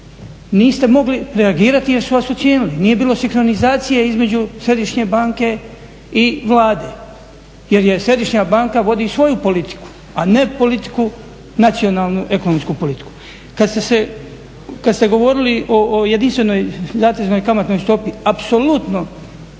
niste mogli reagirati jer su vas ucijenili, nije bilo sinkronizacije između Središnje banke i Vlade jer je Središnja banka vodi svoju politiku a ne politiku, nacionalnu ekonomsku politiku. Kada ste govorili o jedinstvenoj zateznoj kamatnoj stopi apsolutno